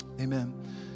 Amen